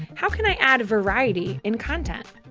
how can i add variety in content?